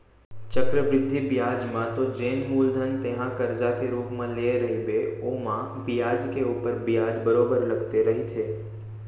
चक्रबृद्धि बियाज म तो जेन मूलधन तेंहा करजा के रुप म लेय रहिबे ओमा बियाज के ऊपर बियाज बरोबर लगते रहिथे